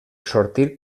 sortir